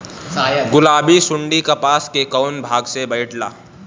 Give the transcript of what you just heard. गुलाबी सुंडी कपास के कौने भाग में बैठे ला?